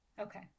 Okay